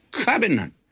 Covenant